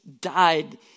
died